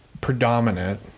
predominant